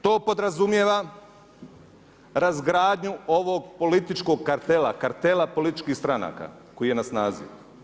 To podrazumijeva razgradnju ovog političkog kartela, kartela političkih stranaka koji je na snazi.